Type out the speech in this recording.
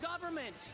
government